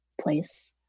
place